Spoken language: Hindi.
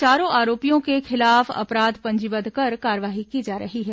चारो आरोपियों के खिलाफ अपराध पंजीबद्द कर कार्रवाई की जा रही है